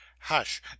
hush